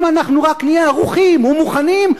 אם אנחנו רק נהיה ערוכים ומוכנים,